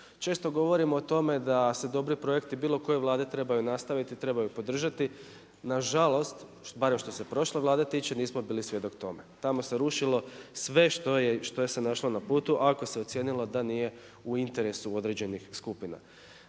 Često govorimo o otme da se dobri projekti bilo koje Vlade trebaju nastaviti, trebaju podržati, nažalost barem što se prošle Vlade tiče nismo ibli svjedok tome. Tamo se rušilo sve što se je našlo na putu ako se ocijenilo da nije u interesu određenih skupina.